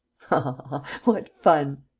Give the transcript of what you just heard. ha, ha, what fun!